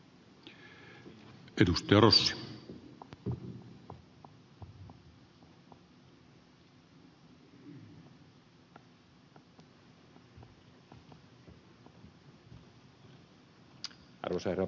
arvoisa herra puhemies